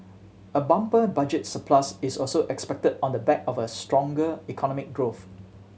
a bumper budget surplus is also expected on the back of a stronger economic growth